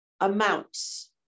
amounts